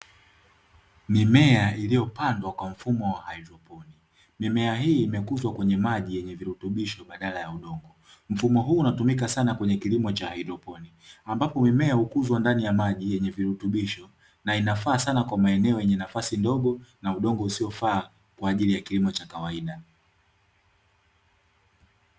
Mimea iliyopandwa kwa mfumo wa haidroponi, mimea hii imekuzwa kwenye maji yenye virutubisho badala ya udongo, mfumo huu unatumika sana kwenye kilimo cha haidroponi ambapo mimea hukuzwa ndani ya maji yenye virutubisho, na inafaa sana kwa maeneo yenye nafasi ndogo na udongo usiofaa kwa ajili ya kilimo cha kawaida.